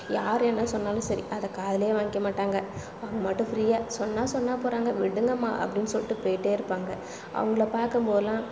யார் என்ன சொன்னாலும் சரி அதை காதுலேயே வாங்கிக்க மாட்டாங்கள் அவங்கபாட்டுக்கு ஃப்ரீயாக சொன்னால் சொன்னால் போகிறாங்க விடுங்கம்மா அப்படின்னு சொல்லிட்டு போய்ட்டே இருப்பாங்கள் அவங்களை பார்க்கும்போதுலாம்